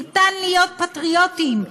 אפשר להיות פטריוטים,